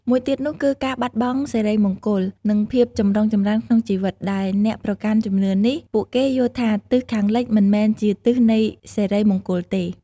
មួយទៀតនោះគឺការបាត់បង់សិរីមង្គល និងភាពចម្រុងចម្រើនក្នុងជីវិត ដែលអ្នកប្រកាន់ជំនឿនេះ ពួកគេយល់ថាទិសខាងលិចមិនមែនជាទិសនៃសិរីមង្គលទេ។